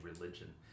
religion